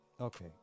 Okay